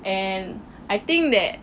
and I think that